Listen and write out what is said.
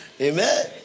Amen